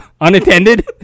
unattended